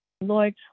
Lord